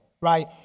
Right